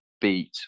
beat